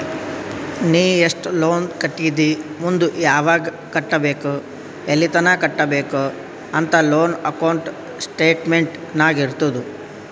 ನೀ ಎಸ್ಟ್ ಲೋನ್ ಕಟ್ಟಿದಿ ಮುಂದ್ ಯಾವಗ್ ಕಟ್ಟಬೇಕ್ ಎಲ್ಲಿತನ ಕಟ್ಟಬೇಕ ಅಂತ್ ಲೋನ್ ಅಕೌಂಟ್ ಸ್ಟೇಟ್ಮೆಂಟ್ ನಾಗ್ ಇರ್ತುದ್